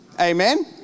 Amen